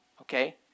Okay